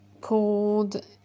cold